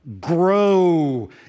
grow